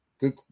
Good